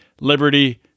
liberty